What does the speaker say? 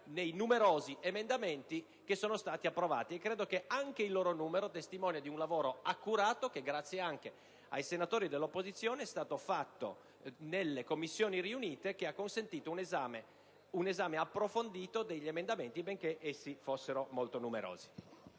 nei numerosi emendamenti che sono stati approvati, il cui numero credo sia una testimonianza del lavoro accurato che, grazie anche ai senatori dell'opposizione, è stato svolto nelle Commissioni riunite, lavoro che ha consentito un esame approfondito degli emendamenti, benché fossero molto numerosi.